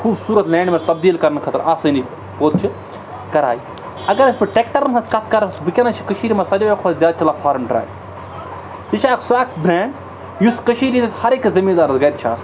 خوٗبصوٗرت لینٛڈ منٛز تبدیٖل کَرنہٕ خٲطرٕ آسٲنی پوٚت چھِ کَران اگر ٹٮ۪کٹَرَن ہٕنٛز کَتھ کَرٕ وٕنکٮ۪نَس چھِ کٔشیٖرِ منٛز ساروی کھۄتہٕ زیادٕ چَلان فارَم ڈرٛاے یہِ چھِ اَکھ سُہ اَکھ برٛینٛڈ یُس کٔشیٖر ہِنٛدِس ہَر أکِس زٔمیٖندارَس گَرِ چھِ آسان